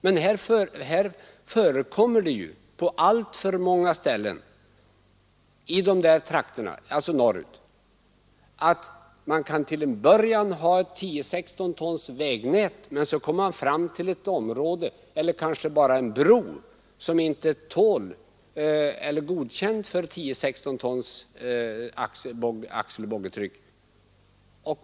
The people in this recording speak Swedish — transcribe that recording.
Men i dessa trakter förekommer det på alltför många ställen att man till en början har ett 10 16-tons axeloch boggitryck.